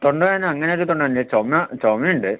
തൊണ്ടവേദന അങ്ങനെയൊക്കെ തൊണ്ടവേദനയില്ല ചുമ ചുമയുണ്ട്